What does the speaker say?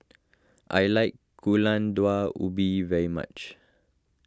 I like Gulai Daun Ubi very much